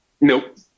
Nope